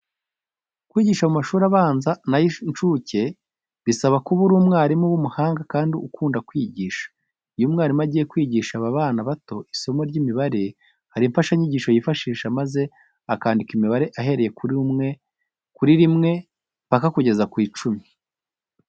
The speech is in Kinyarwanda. Kwigisha mu mashuri abanza n'ay'inshuke bisaba kuba uri umwarimu w'umuhanga kandi ukunda kwigisha. Iyo umwarimu agiye kwigisha aba bana bato isomo ry'imibare, hari imfashanyigisho yifashisha maze akandika imibare ahereye kuri rimwe mpaka akageza ku icumi.